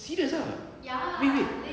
serious ah is it